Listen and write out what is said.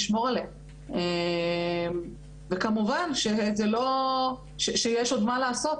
נשמור עליה וכמובן שיש עוד מה לעשות,